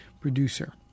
producer